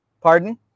Pardon